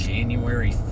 January